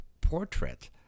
portrait